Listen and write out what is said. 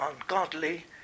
ungodly